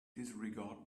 disregard